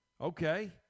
okay